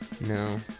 No